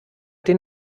den